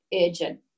urgent